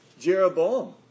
Jeroboam